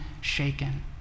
shaken